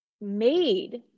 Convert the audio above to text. made